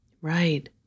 Right